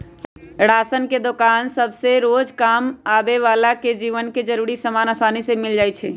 ration के दोकान सभसे रोजकाम आबय बला के जीवन के जरूरी समान असानी से मिल जाइ छइ